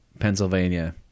pennsylvania